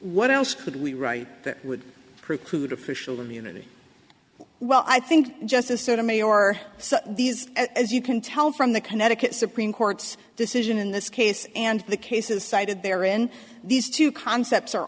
what else could we write that would preclude official immunity well i think justice sotomayor these as you can tell from the connecticut supreme court's decision in this case and the cases cited there in these two concepts are